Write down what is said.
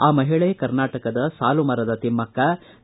ಆ ಮಹಿಳೆ ಕರ್ನಾಟಕದ ಸಾಲುಮರದ ತಿಮ್ನಕ್ಷ